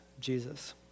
Jesus